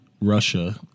Russia